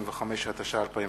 הפנים